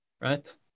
right